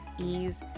ease